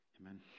amen